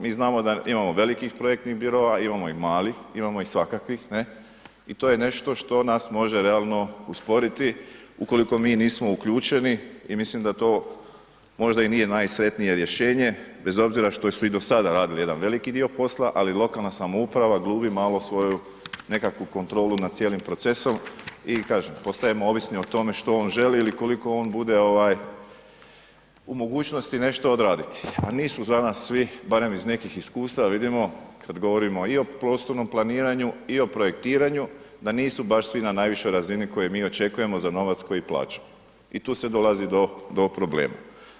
Mi znamo da imamo velikih projektnih biroa, imamo i malih, imamo ih svakakvih, ne i to je nešto što nas može realno usporiti ukoliko mi nismo uključeni i mislim da to možda i nije najsretnije rješenje bez obzira što su i do sada radili jedan veliki dio posla, ali lokalna samouprava glumi malo svoju nekakvu kontrolu nad cijelim procesom i kažem, postajemo ovisi o tome što on želi ili koliko on bude u mogućnosti nešto odraditi, a nisu za nas svi, barem iz nekih iskustava vidimo kad govorimo i o prostornom planiranju i o projektiranju, da nisu baš svi na najvišoj razini koje mi očekujemo za novac koji plaćamo i tu se dolazi do problema.